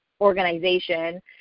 organization